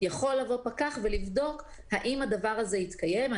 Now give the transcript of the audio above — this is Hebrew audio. יכול לבוא פקח ולבדוק האם הדבר הזה התקיים,